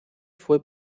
fue